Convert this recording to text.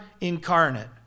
incarnate